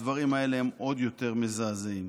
הדברים האלה הם עוד יותר מזעזעים.